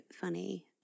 funny